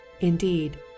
Indeed